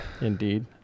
indeed